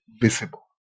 visible